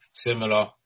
similar